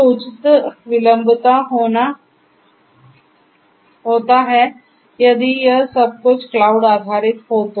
तो उच्चतर विलंबता वहां होने वाली है यदि यह सब कुछ क्लाउड आधारित है तो